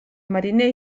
mariner